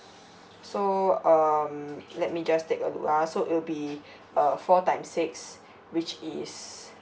so um let me just take a look ah so it will be uh four times six which is